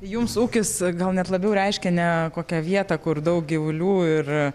jums ūkis gal net labiau reiškia ne kokią vietą kur daug gyvulių ir